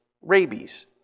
Rabies